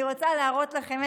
אני רוצה להראות לכם,